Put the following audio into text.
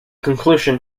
conclusion